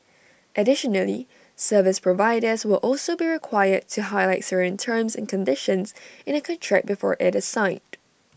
additionally service providers will also be required to highlight certain terms and conditions in A contract before IT is signed